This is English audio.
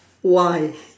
why